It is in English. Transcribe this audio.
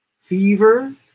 Fever